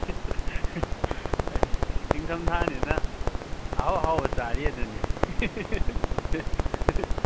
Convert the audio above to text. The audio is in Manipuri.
ꯑꯁ ꯅꯤꯡꯊꯝ ꯊꯥꯅꯤꯅ ꯑꯍꯥꯎ ꯑꯍꯥꯎꯕ ꯆꯥꯔꯤꯑꯗꯨꯅꯤ